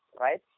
right